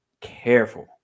Careful